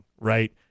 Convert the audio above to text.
Right